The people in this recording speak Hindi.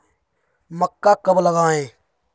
मक्का कब लगाएँ?